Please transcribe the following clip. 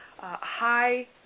high